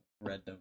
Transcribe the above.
Red